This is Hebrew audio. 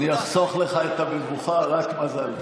אני אחסוך לך את המבוכה, רק מזל טוב.